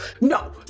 no